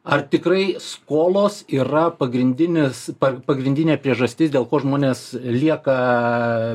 ar tikrai skolos yra pagrindinis pa pagrindinė priežastis dėl ko žmonės lieka